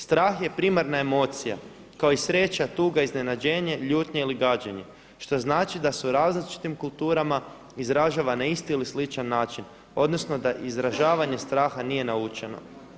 Strah je primarna emocija kao i sreća, tuga, iznenađenje, ljutnja ili gađenje što znači da su različitim kulturama izražava na isti ili sličan način, odnosno da izražavanje straha nije naučeno.